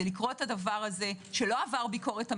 זה לקרוא את הדבר הזה, שלא עבר ביקורת עמיתים,